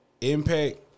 Impact